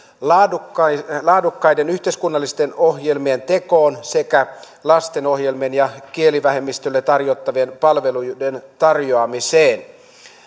laadukkaiden laadukkaiden yhteiskunnallisten ohjelmien tekoon sekä lastenohjelmien ja kielivähemmistöille tarjottavien palveluiden tarjoamiseen